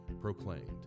proclaimed